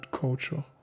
culture